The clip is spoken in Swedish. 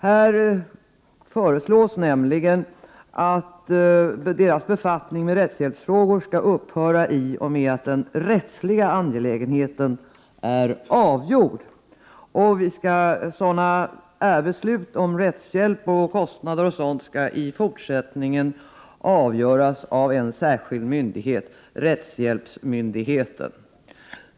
Här föreslås och med att den rättsliga angelägenheten är avgjord. Beslut om rättshjälp och kostnader skall i fortsättningen avgöras av en särskild myndighet, rättshjälpsmyndigheten.